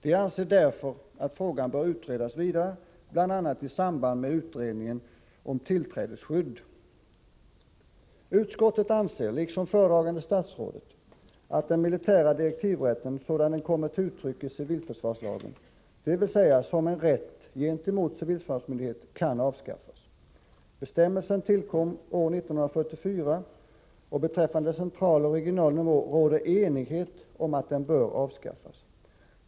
De anser därför att frågan bör utredas videre, bl.a. i samband med utredningen om tillträdesskydd. Utskottet anser liksom föredragande statsrådet att den militära direktiv rätten sådan den kommer till uttryck i civilförsvarslagen — dvs. som en rätt gentemot civilförsvarsmyndighet — kan avskaffas. Bestämmelsen tillkom år 1944. Beträffande central och regional nivå råder enighet om att den bör avskaffas.